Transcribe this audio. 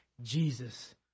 Jesus